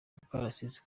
akarasisi